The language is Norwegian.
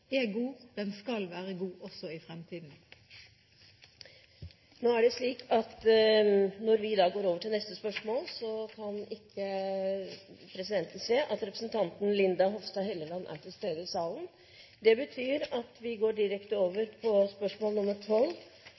er god, og den skal være god også i fremtiden. Presidenten kan ikke se at representanten Linda C. Hofstad Helleland er til stede i salen. Det betyr at vi går direkte over til spørsmål